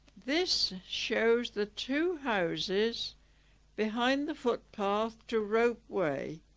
this shows the two houses behind the footpath to rope way.